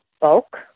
bulk